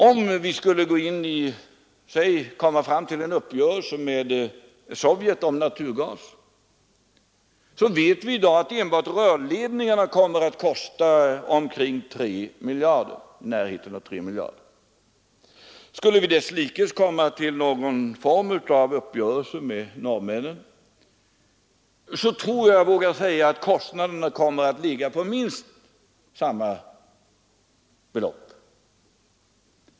Om vi skulle komma fram till en uppgörelse med Sovjetunionen om naturgas kommer — det vet vi i dag — enbart rörledningarna att kosta omkring 3 miljarder kronor. Skulle vi desslikes komma till någon form av uppgörelse med norrmännen tror jag att jag vågar säga att kostnaderna kommer att uppgå till minst samma belopp.